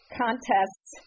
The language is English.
contests